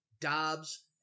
Dobbs